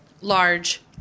large